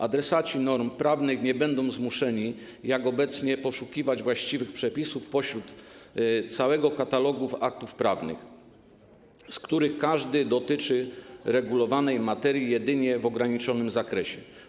Adresaci norm prawnych nie będą zmuszeni, jak obecnie, poszukiwać właściwych przepisów pośród całego katalogu aktów prawnych, z których każdy dotyczy regulowanej materii jedynie w ograniczonym zakresie.